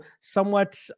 somewhat